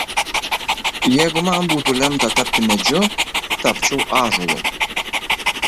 jeigu man būtų lemta tapti medžiu tapčiau ąžuolu